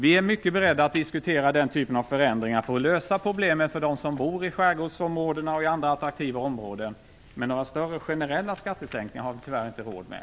Vi är mycket beredda att diskutera den typen av förändringar för att lösa problemen för de som bor i skärgårdsområden och andra attraktiva områden. Några större generella skattesänkningar har vi tyvärr inte råd med.